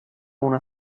una